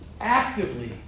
actively